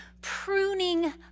pruning